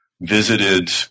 visited